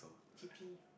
G_P